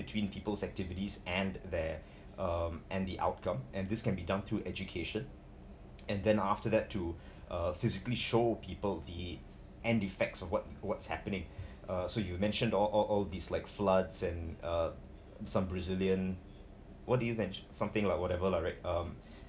between people's activities and their um and the outcome and this can be done through education and then after that to uh physically show people the end effects or what what's happening uh so you mentioned all all all all these like floods and uh some brazilian what do you menti~ something like whatever lah right um